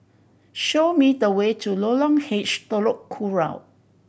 show me the way to Lorong H Telok Kurau